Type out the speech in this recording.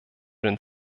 den